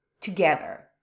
together